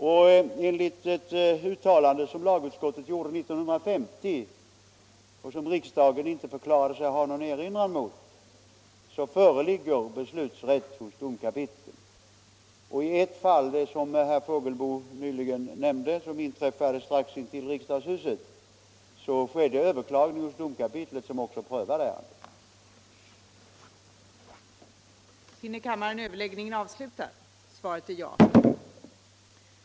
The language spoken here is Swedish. Enligt ett uttalande som lagutskottet gjorde 1950 och som riksdagen inte förklarade sig ha någon erinran mot föreligger besvärsrätt hos domkapitlet. Och i ett fall, det som herr Fågelsbo nyligen nämnde och som inträffade strax intill riksdagshuset, skedde överklagande hos domkapitlet som också prövade ärendet.